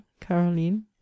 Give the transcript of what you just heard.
Caroline